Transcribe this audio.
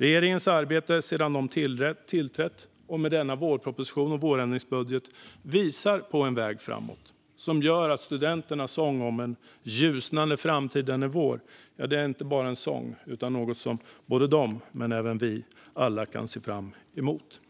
Regeringens arbete sedan den tillträtt och denna vårproposition och vårändringsbudget visar på en väg framåt som gör att det studenterna sjunger om att "den ljusnande framtid är vår" inte bara är en sång utan något som både de och alla vi kan se fram emot.